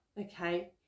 okay